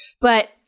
But-